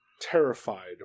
terrified